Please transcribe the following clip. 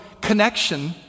connection